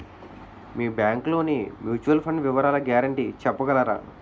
మీ bank లోని mutual fund వివరాల guarantee చెప్పగలరా?